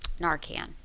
Narcan